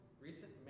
recent